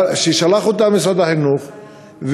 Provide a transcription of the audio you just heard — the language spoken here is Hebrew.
ששלח אותה משרד החינוך,